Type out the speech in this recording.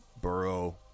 Burrow